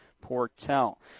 Portel